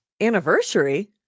Anniversary